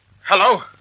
Hello